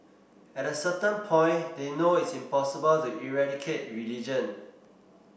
at a certain point they know it's impossible to eradicate religion